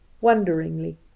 wonderingly